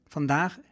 Vandaag